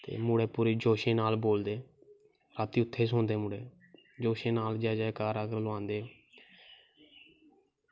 ते ओह्दा पूरे जोशें नाल बोलदे मुड़े ते रातीं उत्थें सोंदे मुड़े जोशें नाल जयकारा करवांदे